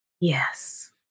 yes